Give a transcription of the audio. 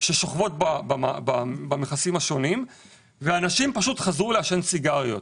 ששוכבות במכסים השונים ואנשים פשוט חזרו לעשן סיגריות.